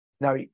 now